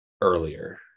earlier